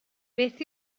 beth